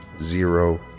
zero